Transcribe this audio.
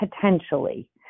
potentially